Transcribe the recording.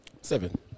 Seven